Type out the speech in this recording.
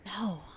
No